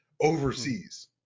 overseas